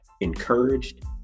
encouraged